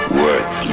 worth